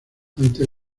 ante